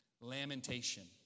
lamentation